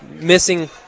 missing –